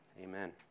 amen